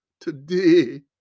today